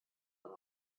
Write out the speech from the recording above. man